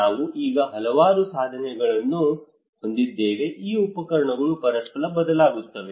ನಾವು ಈಗ ಹಲವಾರು ಸಾಧನಗಳನ್ನು ಹೊಂದಿದ್ದೇವೆ ಈ ಉಪಕರಣಗಳು ಪರಸ್ಪರ ಬದಲಾಗುತ್ತವೆ